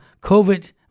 COVID